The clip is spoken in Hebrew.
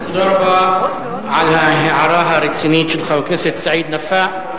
תודה רבה על ההערה הרצינית של חבר הכנסת סעיד נפאע.